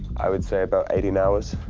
i would say about eighteen hours.